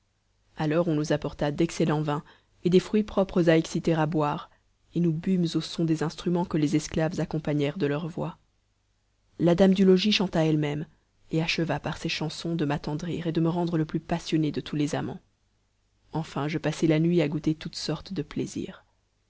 alors on nous apporta d'excellent vin et des fruits propres à exciter à boire et nous bûmes au son des instruments que les esclaves accompagnèrent de leurs voix la dame du logis chanta elle-même et acheva par ses chansons de m'attendrir et de me rendre le plus passionné de tous les amants enfin je passai la nuit à goûter toutes sortes de plaisirs